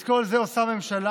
את כל זה עושה הממשלה,